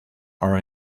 are